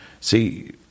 See